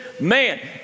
man